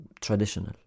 traditional